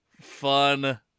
fun